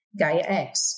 GaiaX